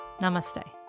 Namaste